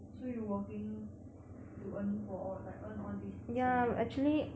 so you working to earn for all like earn all these 钱